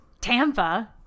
Tampa